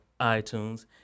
iTunes